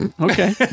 Okay